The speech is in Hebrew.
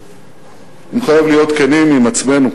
הוא מחייב להיות כנים עם עצמנו.